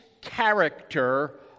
character